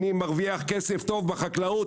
אני מרוויח כסף טוב בחקלאות,